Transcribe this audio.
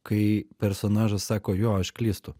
kai personažas sako jo aš klystu